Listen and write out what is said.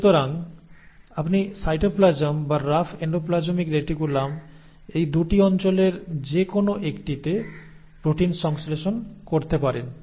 সুতরাং আপনি সাইটোপ্লাজম বা রাফ এন্ডোপ্লাজমিক রেটিকুলাম এই 2 টি অঞ্চলের যে কোনও একটিতে প্রোটিন সংশ্লেষণ করতে পারেন